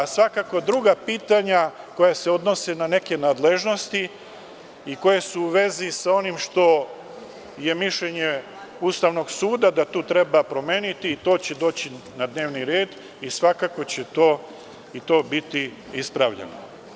Svakako, druga pitanja koja se odnose na neke nadležnosti i koje su u vezi sa onim što je mišljenje Ustavnog suda da tu treba promeniti, to će doći na dnevni red i svakako će to biti ispravljeno.